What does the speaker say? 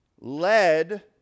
led